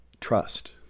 trust